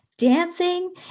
dancing